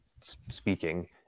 speaking